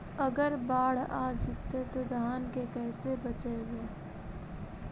अगर बाढ़ आ जितै तो धान के कैसे बचइबै?